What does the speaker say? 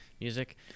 music